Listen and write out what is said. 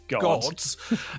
Gods